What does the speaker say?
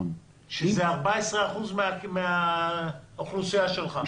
שזה 14% מן האוכלוסייה שלך.